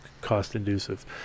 cost-inducive